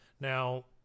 Now